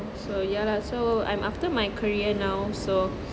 so ya lah so I'm after my career now so